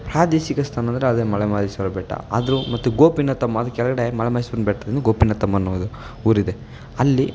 ಅಂದರೆ ಅದೇ ಮಲೆ ಮಹಾದೇಶ್ವರ ಬೆಟ್ಟ ಅದು ಮತ್ತು ಗೋಪಿನಾಥಮ್ ಕೆಳಗಡೆ ಮಲೆ ಮಾದೇಶ್ವರನ ಬೆಟ್ಟದಿಂದ ಗೋಪಿನಾಥಮ್ ಅನ್ನೋದು ಊರಿದೆ ಅಲ್ಲಿ